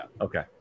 Okay